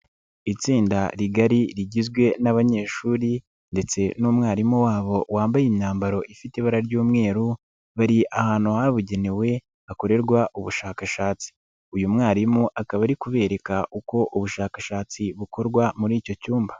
Itsinda rigari rigizwe n'abanyeshuri ndetse n'umwarimu wabo wambaye imyambaro ifite ibara ry'umweru ahantu habugenewe hakorerwa ubushakashatsi uyu mwarimu akaba ari kubereka uko ubushakashatsi bukorwa muri icyo cyumba.